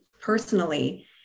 personally